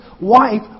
wife